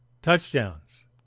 touchdowns